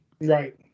Right